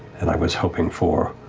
and i was hoping for